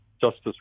Justice